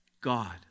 God